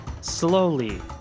slowly